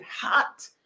hot